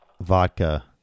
vodka